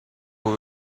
who